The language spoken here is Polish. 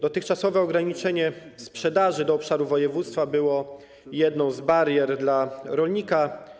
Dotychczasowe ograniczenie sprzedaży do obszaru województwa było jedną z barier dla rolnika.